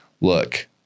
look